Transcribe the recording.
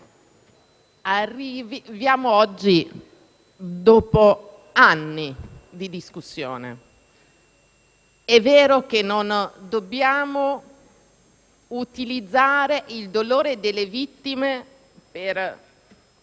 arriviamo qui oggi dopo anni di discussione. È vero che non dobbiamo utilizzare il dolore delle vittime per